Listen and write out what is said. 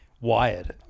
wired